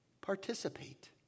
participate